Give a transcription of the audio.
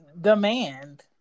demand